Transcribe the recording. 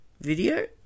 video